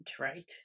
right